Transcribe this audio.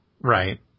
Right